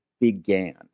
began